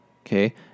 okay